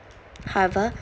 however